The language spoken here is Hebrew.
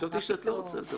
חשבתי שאת לא רוצה לדבר.